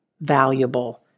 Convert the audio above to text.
valuable